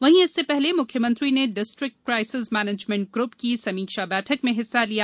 वहीं इससे पहले मुख्यमंत्री ने डिस्ट्रीक्ट काइसेस मैनेजमेंट ग्रूप की समीक्षा बैठक में हिस्सा लिया